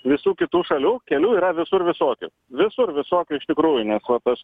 visų kitų šalių kelių yra visur visokių visur visokių iš tikrųjų nes vat aš